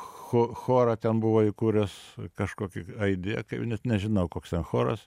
cho chorą ten buvo įkūręs kažkokį aidija kaip net nežinau koks ten choras